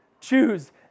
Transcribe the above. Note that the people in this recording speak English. Choose